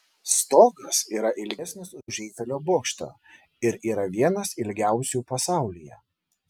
stogas yra ilgesnis už eifelio bokštą ir yra vienas ilgiausių pasaulyje